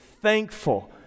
thankful